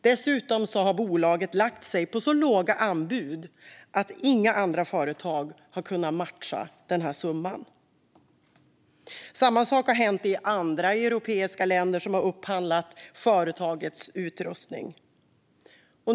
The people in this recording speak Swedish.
Dessutom har bolaget lagt sig på så låga anbud att inga andra företag kunnat matcha summan. Samma sak har hänt i andra europeiska länder som upphandlat företagets utrustning.